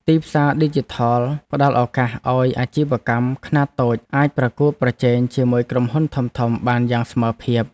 ទីផ្សារឌីជីថលផ្តល់ឱកាសឱ្យអាជីវកម្មខ្នាតតូចអាចប្រកួតប្រជែងជាមួយក្រុមហ៊ុនធំៗបានយ៉ាងស្មើភាព។